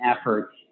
efforts